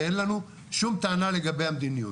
ואין לנו שום טענה לגבי המדיניות.